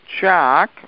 Jack